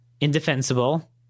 indefensible